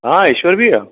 हाँ ईश्वर भैया